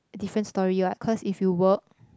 different story what cause if you work